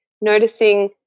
Noticing